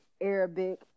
arabic